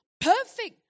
Perfect